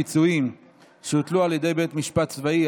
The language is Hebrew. פיצויים שהוטלו על ידי בית משפט צבאי),